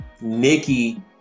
Nikki